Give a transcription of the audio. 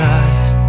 eyes